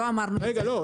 רגע, לא.